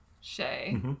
Shay